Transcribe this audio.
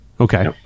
okay